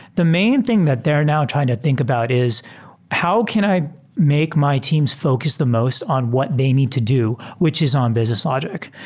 the main thing that they are now trying to think about is how can i make my team's focus the most on what they need to do, which is on business logic?